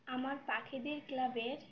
আমার পাখিদের ক্লাবের